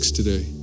today